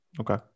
Okay